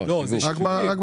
לא, זה שיווק.